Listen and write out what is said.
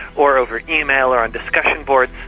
or over email or on discussion boards,